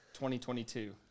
2022